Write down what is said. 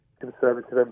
Conservative